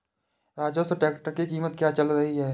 Swaraj tractor की कीमत क्या चल रही है?